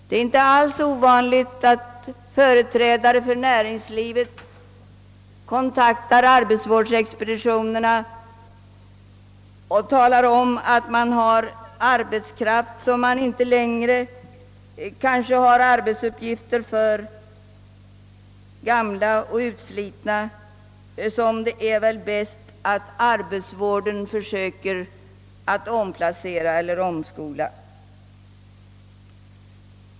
Det är inte alls ovanligt att företrädare för näringslivet kontaktar arbetsvårdsexpeditionerna och talar om att de har arbetskraft som man inte längre har arbetsuppgifter till — det gäller gamla och utslitna människor som det anses att arbetsvården bör försöka omplacera eller omskola.